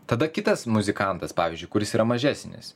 tada kitas muzikantas pavyzdžiui kuris yra mažesnis